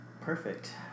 Perfect